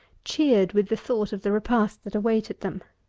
cheered with the thought of the repast that awaited them.